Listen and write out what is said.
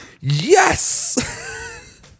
Yes